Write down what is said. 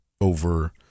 over